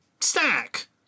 stack